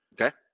Okay